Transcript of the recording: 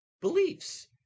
beliefs